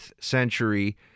century